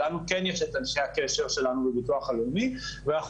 שלנו כן יש את אנשי הקשר שלנו בביטוח הלאומי ואנחנו